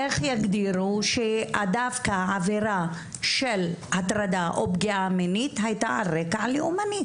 איך יגדירו שדווקא עבירה של הטרדה או פגיעה מינית הייתה על רקע לאומני.